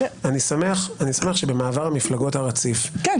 אני שמח שבמעבר המפלגות הרציף --- כן,